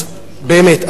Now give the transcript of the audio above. אז באמת,